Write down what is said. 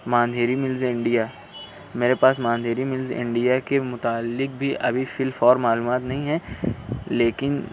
ماندھیری mills India میرے پاس ماندھیری میلز انڈیا کے متعلق بھی ابھی فی الفور معلومات نہیں ہیں لیکن